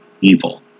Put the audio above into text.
evil